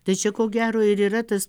tai čia ko gero ir yra tas